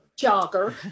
Jogger